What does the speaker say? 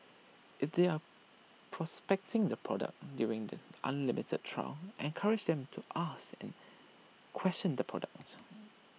if they are prospecting the product during the unlimited trial encourage them to ask and question the product